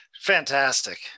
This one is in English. fantastic